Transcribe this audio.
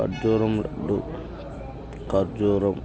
ఖర్జురం laddu ఖర్జురం